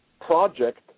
project